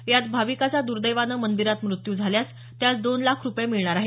यात भाविकाचा द्र्दैवाने मंदीरात मृत्यू झाल्यास त्यास दोन लाख रुपये मिळणार आहे